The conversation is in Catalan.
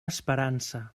esperança